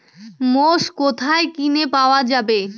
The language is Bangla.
মোষ কোথায় কিনে পাওয়া যাবে?